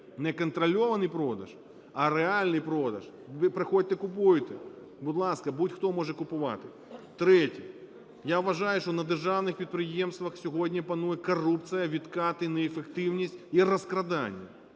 Не контрольований продаж, а реальний продаж – приходьте, купуйте. Будь ласка, будь-хто може купувати. Третє. Я вважаю, що на державних підприємствах сьогодні панує корупція, відкати, неефективність і розкрадання.